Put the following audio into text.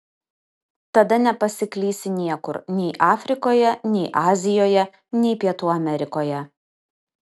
tada nepasiklysi niekur nei afrikoje nei azijoje nei pietų amerikoje